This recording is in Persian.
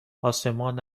آسمان